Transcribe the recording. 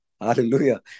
Hallelujah